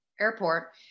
airport